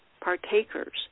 partakers